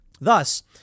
Thus